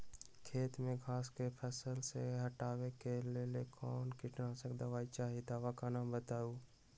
खेत में घास के फसल से हटावे के लेल कौन किटनाशक दवाई चाहि दवा का नाम बताआई?